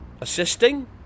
assisting